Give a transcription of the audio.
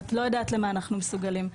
"את לא יודעת למה אנחנו מסוגלים",